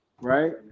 Right